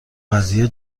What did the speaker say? قضیه